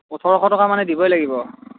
ওঁঠৰশ টকা মানে দিবই লাগিব